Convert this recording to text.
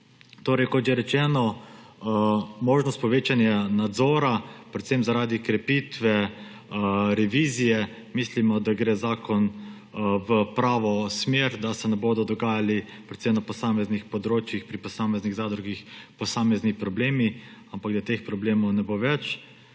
mesto. Kot že rečeno, glede možnosti povečanja nadzora, predvsem zaradi krepitve revizije, mislimo, da gre zakon v pravo smer, da se ne bodo dogajali predvsem na posameznih področjih pri posameznih zadrugah posamezni problemi, ampak da teh problemov ne bo več.